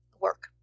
work